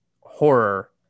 horror